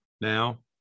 Now